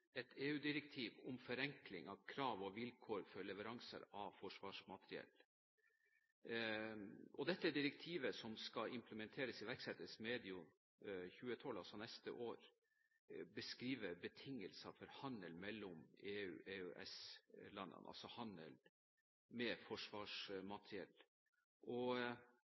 vilkår for leveranser av forsvarsmateriell. Dette direktivet, som skal implementeres medio 2012, altså neste år, beskriver betingelser for handel mellom EU og EØS-landene, altså handel med forsvarsmateriell.